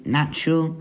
natural